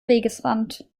wegesrand